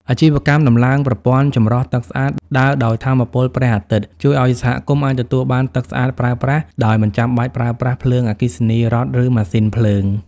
អាជីវកម្មតម្លើងប្រព័ន្ធចម្រោះទឹកស្អាតដើរដោយថាមពលព្រះអាទិត្យ ជួយឱ្យសហគមន៍អាចទទួលបានទឹកស្អាតប្រើប្រាស់ដោយមិនចាំបាច់ប្រើប្រាស់ភ្លើងអគ្គិសនីរដ្ឋ ឬម៉ាស៊ីនភ្លើង។